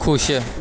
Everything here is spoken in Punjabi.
ਖੁਸ਼